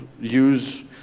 use